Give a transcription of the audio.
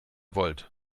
volt